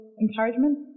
encouragement